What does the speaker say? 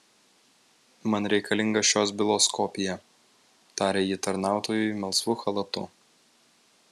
man reikalinga šios bylos kopija tarė ji tarnautojui melsvu chalatu